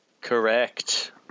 Correct